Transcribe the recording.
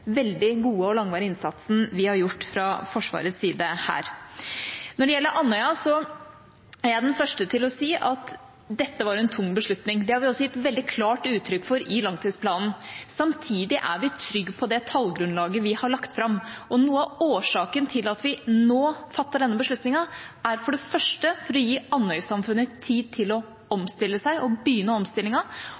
veldig gode og langvarige innsatsen som er gjort fra Forsvarets side her. Når det gjelder Andøya, er jeg den første til å si at dette var en tung beslutning. Det har vi også gitt veldig klart uttrykk for i langtidsplanen, samtidig som vi er trygge på det tallgrunnlaget vi har lagt fram. Noe av årsaken til at vi nå fatter denne beslutningen er for det første for å gi Andøya-samfunnet tid til å omstille seg og begynne